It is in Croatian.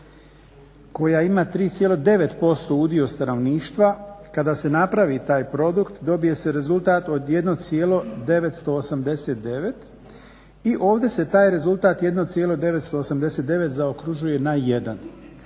koja ima 3,9% udio stanovništva kada se napravi taj produkt dobije se rezultat od 1,989 i ovdje se taj rezultat 1,989 zaokružuje na 1.